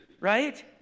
Right